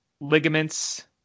ligaments